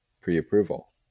pre-approval